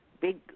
big